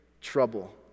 trouble